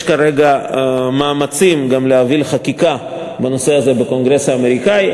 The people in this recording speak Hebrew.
יש כרגע מאמצים גם להוביל חקיקה בנושא הזה בקונגרס האמריקני,